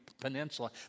Peninsula